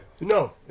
No